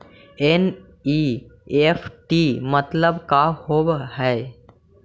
NEFT मतलब का होब हई?